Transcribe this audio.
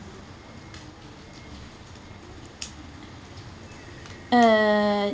uh